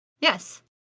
Yes